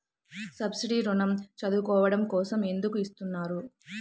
Subsidy ఋణం చదువుకోవడం కోసం ఎందుకు ఇస్తున్నారు?